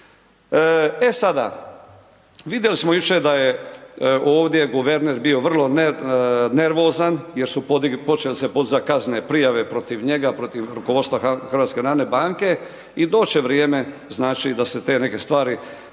E sada, vidjeli smo jučer da je ovdje guverner bio vrlo nervozan jer su počele se podizat kaznene prijave protiv njega, protiv rukovodstva HNB-a i doći će vrijeme znači da se te neke stvari